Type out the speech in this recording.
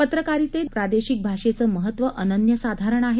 पत्रकारितेत प्रादेशिक भाषेचं महत्व अनन्यसाधारण आहे